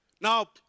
Now